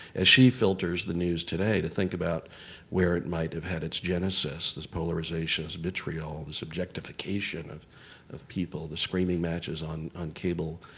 as she filters the news today to think about where it might have had its genesis, this polarization, this vitriol, this objectification of of people, the screaming matches on on cable.